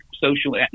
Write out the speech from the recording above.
social